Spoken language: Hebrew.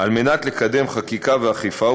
על מנת לקדם חקיקה ואכיפה,